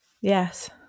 Yes